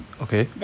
okay